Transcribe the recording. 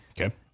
Okay